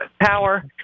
power